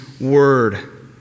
word